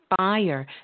fire